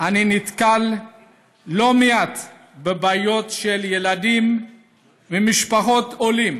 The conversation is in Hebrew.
אני נתקל לא מעט בבעיות של ילדים ממשפחות עולים